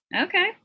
Okay